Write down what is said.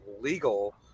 legal